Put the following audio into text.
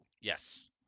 yes